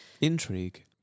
intrigue